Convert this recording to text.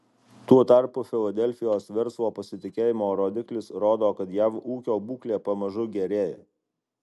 tuo tarpu filadelfijos verslo pasitikėjimo rodiklis rodo kad jav ūkio būklė pamažu gerėja